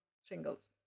singles